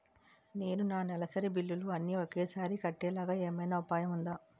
నేను నా నెలసరి బిల్లులు అన్ని ఒకేసారి కట్టేలాగా ఏమైనా ఉపాయం ఉందా?